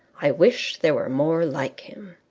i wish there were more like him.